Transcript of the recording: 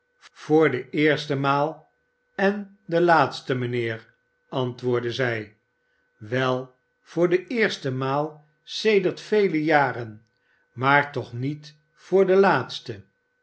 voor de eerste maal en de laatste mijnheer antwoordde zij wel voor de eerste maal sedert vele jaren maar toch niet voor de laatste